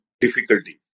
difficulty